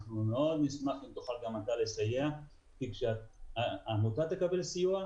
אנחנו מאוד נשמח עם תוכל גם אתה כי כשהעמותה תקבל סיוע,